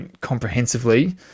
comprehensively